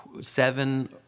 seven